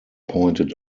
pointed